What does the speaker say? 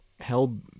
held